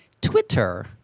Twitter